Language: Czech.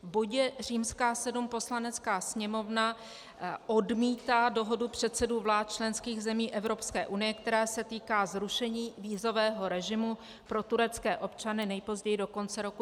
V bodě VII Poslanecká sněmovna odmítá dohodu předsedů vlád členských zemí Evropské unie, která se týká zrušení vízového režimu pro turecké občany nejpozději do konce roku 2016.